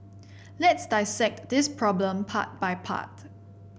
let's dissect this problem part by part